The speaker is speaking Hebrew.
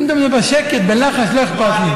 אם תדברו בשקט, בלחש, לא אכפת לי.